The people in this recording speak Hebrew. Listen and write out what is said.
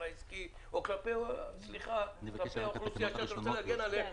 העסקי או כלפי האוכלוסייה שאת רוצה להגן עליה,